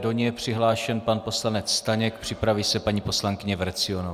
Do ní je přihlášen pan poslanec Staněk, připraví se paní poslankyně Vrecionová.